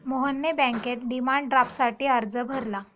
मोहनने बँकेत डिमांड ड्राफ्टसाठी अर्ज भरला